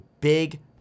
big